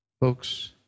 Folks